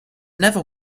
never